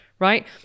right